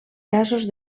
casos